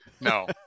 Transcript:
No